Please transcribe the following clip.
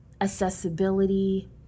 accessibility